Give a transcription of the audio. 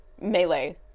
melee